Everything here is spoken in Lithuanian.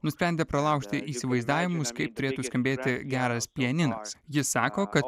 nusprendė pralaužti įsivaizdavimus kaip turėtų skambėti geras pianinas jis sako kad